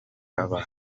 rutahizamu